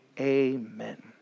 Amen